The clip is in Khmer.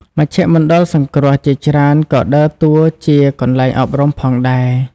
មជ្ឈមណ្ឌលសង្គ្រោះជាច្រើនក៏ដើរតួជាកន្លែងអប់រំផងដែរ។